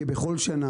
כבכל שנה,